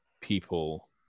people